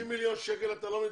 על 60 מיליון שקל אתה לא מתווכח,